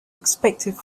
expected